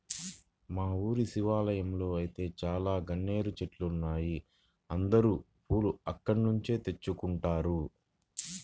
మా ఊరి శివాలయంలో ఐతే చాలా గన్నేరు చెట్లున్నాయ్, అందరూ పూలు అక్కడ్నుంచే తెచ్చుకుంటారు